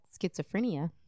schizophrenia